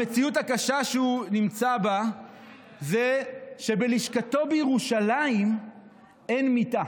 המציאות הקשה שהוא נמצא בה זה שבלשכתו בירושלים אין מיטה.